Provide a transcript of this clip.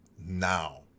now